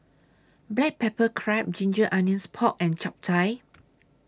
Black Pepper Crab Ginger Onions Pork and Chap Chai